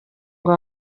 ngo